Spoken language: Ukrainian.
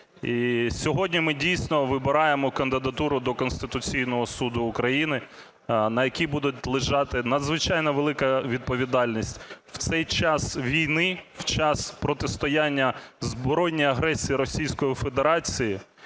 сьогодні ми, дійсно, вибираємо кандидатуру до Конституційного Суду України, на якій буде лежати надзвичайно велика відповідальність в цей час війни, в час протистояння збройній агресії Російської Федерації,